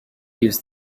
use